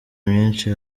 myinshi